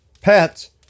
pets